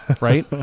right